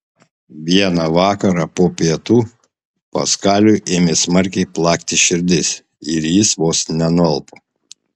vieną vakarą po pietų paskaliui ėmė smarkiai plakti širdis ir jis vos nenualpo